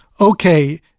Okay